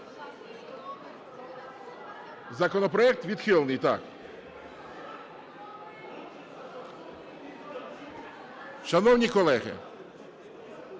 законопроект відхилений, так. Шановні колеги!